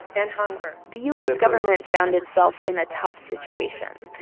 and hunger the u s. government found itself in a tough situation.